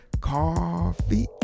Coffee